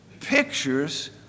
pictures